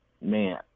man